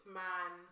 man